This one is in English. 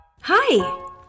Hi